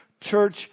church